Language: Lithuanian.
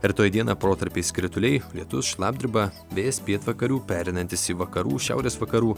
rytoj dieną protarpiais krituliai lietus šlapdriba vėjas pietvakarių pereinantis į vakarų šiaurės vakarų